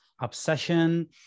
obsession